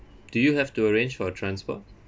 do you have to arrange for transport